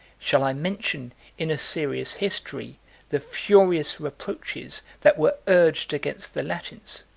shall i mention in a serious history the furious reproaches that were urged against the latins,